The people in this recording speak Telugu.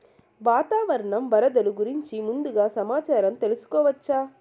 వాతావరణం వరదలు గురించి ముందుగా సమాచారం తెలుసుకోవచ్చా?